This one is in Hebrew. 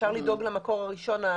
אפשר לדאוג למקור הראשון?